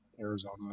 Arizona